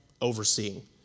overseeing